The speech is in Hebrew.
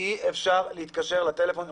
אי אפשר להתקשר לטלפון הנייח.